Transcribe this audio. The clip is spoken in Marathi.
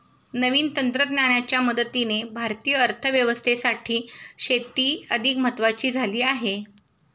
नवीन तंत्रज्ञानाच्या मदतीने भारतीय अर्थव्यवस्थेसाठी शेती अधिक महत्वाची झाली आहे